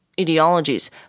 ideologies